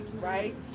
right